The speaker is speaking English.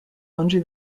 under